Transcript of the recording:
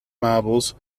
marbles